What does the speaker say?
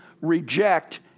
reject